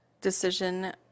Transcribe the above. decision